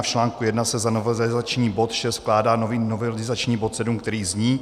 V článku 1 se za novelizační bod 6 vkládá nový novelizační bod 7, který zní: